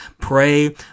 pray